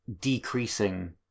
decreasing